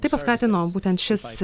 tai paskatino būtent šis